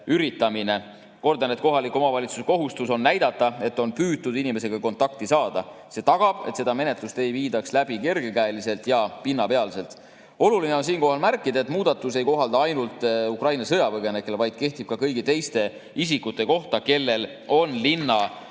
[moodused]. Kordan, et kohaliku omavalitsuse kohustus on näidata, et on püütud inimesega kontakti saada. See tagab, et menetlust ei viidaks läbi kergekäeliselt ja pinnapealselt. Oluline on siinkohal märkida, et muudatus ei kohaldu ainult Ukraina sõjapõgenikele, vaid kehtib ka kõigi teiste isikute kohta, kelle elukoha